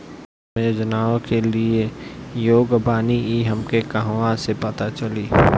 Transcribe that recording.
हम योजनाओ के लिए योग्य बानी ई हमके कहाँसे पता चली?